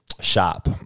shop